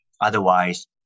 Otherwise